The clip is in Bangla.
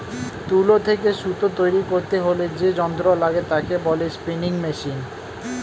তুলো থেকে সুতো তৈরী করতে হলে যে যন্ত্র লাগে তাকে বলে স্পিনিং মেশিন